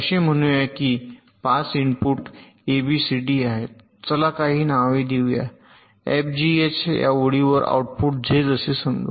असे म्हणूया की 5 इनपुट एबीसीडीई आहेत चला काही नावे देऊ FGH या ओळीवर आऊटपुट Z असे समजू